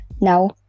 Now